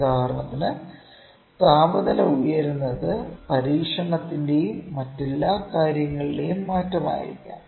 ഉദാഹരണത്തിന് താപനില ഉയരുന്നത് പരീക്ഷണത്തിന്റെയും മറ്റെല്ലാ കാര്യങ്ങളുടെയും മാറ്റമായിരിക്കാം